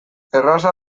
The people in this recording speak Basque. erraza